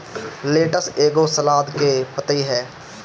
lettuce एगो सलाद के पतइ ह